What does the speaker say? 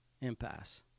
impasse